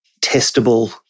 testable